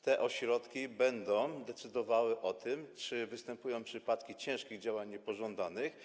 Te ośrodki będą decydowały o tym, czy występują przypadki ciężkich działań niepożądanych.